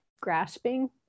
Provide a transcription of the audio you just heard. grasping